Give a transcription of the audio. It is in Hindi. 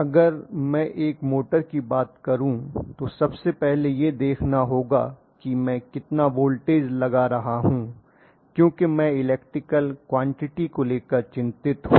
अगर मैं एक मोटर की बात करूँ तो सबसे पहले यह देखना होगा कि मैं कितना वोल्टेज लगा रहा हूं क्योंकि मैं इलेक्ट्रिकल क्वांटिटी को लेकर चिंतित हूं